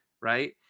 Right